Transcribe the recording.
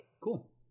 Cool